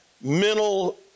mental